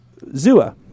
Zua